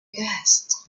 guests